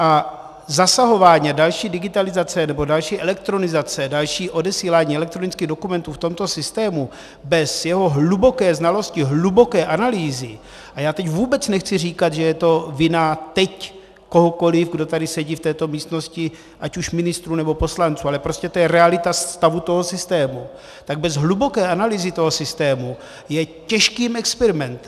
A zasahování a další digitalizace, nebo další elektronizace, další odesílání elektronických dokumentů v tomto systému bez jeho hluboké znalosti, hluboké analýzy a já teď vůbec nechci říkat, že je to vina kohokoliv, kdo tady sedí v této místnosti, ať už ministrů, nebo poslanců, ale je to prostě realita stavu toho systému tak bez hluboké analýzy toho systému je těžkým experimentem.